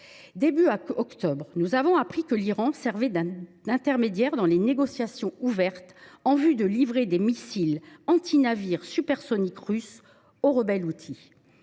début d’octobre, nous avons appris que l’Iran servait d’intermédiaire dans des négociations ouvertes en vue de livrer des missiles antinavires supersoniques russes aux rebelles houthis.